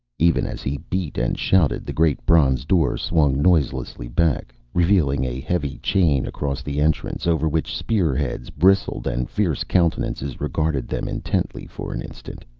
even as he beat and shouted, the great bronze door swung noiselessly back, revealing a heavy chain across the entrance, over which spear-heads bristled and fierce countenances regarded them intently for an instant.